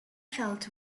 felt